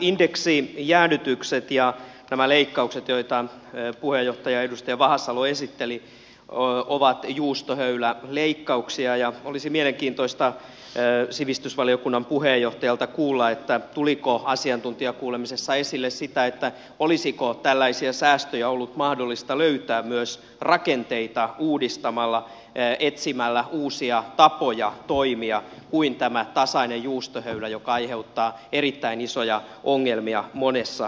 nämä indeksijäädytykset ja nämä leikkaukset joita puheenjohtaja edustaja vahasalo esitteli ovat juustohöyläleikkauksia ja olisi mielenkiintoista sivistysvaliokunnan puheenjohtajalta kuulla tuliko asiantuntijakuulemisessa esille sitä olisiko tällaisia säästöjä ollut mahdollista löytää myös rakenteita uudistamalla etsimällä uusia tapoja toimia eikä tällä tasaisella juustohöylällä joka aiheuttaa erittäin isoja ongelmia monessa kohtaa